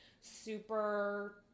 Super